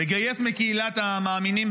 לגייס מקהילת ה"מאמינים",